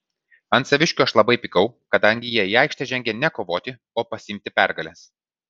ant saviškių aš labai pykau kadangi jie į aikštę žengė ne kovoti o pasiimti pergalės